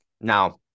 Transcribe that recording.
Now